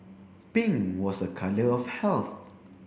pink was a colour of health